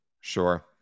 Sure